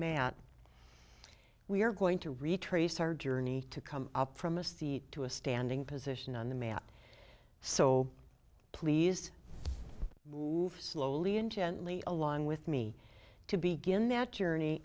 mat we're going to retrace our journey to come up from a seat to a standing position on the mat so please slowly and gently along with me to begin their journey